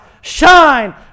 shine